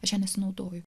aš nesinaudoju